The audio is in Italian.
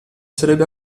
sarebbe